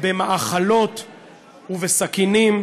במאכלות ובסכינים.